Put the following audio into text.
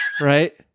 Right